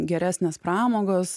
geresnės pramogos